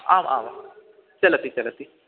आम् आम् चलति चलति